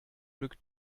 glück